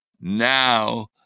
now